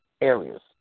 areas